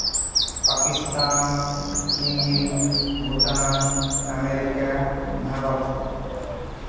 ᱯᱟᱠᱤᱥᱛᱟᱱ ᱪᱤᱱ ᱪᱷᱩᱴᱟᱱ ᱟᱢᱮᱨᱤᱠᱟ ᱵᱷᱟᱨᱚᱛ